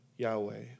Yahweh